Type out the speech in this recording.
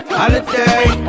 holiday